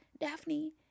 Daphne